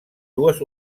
dues